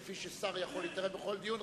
כפי ששר יכול להתערב בכל דיון,